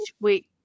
wait